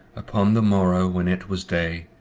upon the morrow, when it was day,